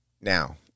now